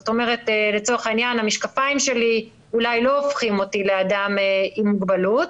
לצורך העניין המשקפים שלי אולי לא הופכים אותי לאדם עם מוגבלות,